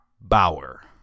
Bauer